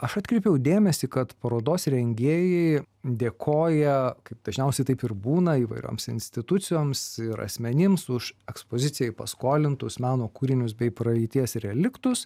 aš atkreipiau dėmesį kad parodos rengėjai dėkoja kaip dažniausiai taip ir būna įvairioms institucijoms ir asmenims už ekspozicijai paskolintus meno kūrinius bei praeities reliktus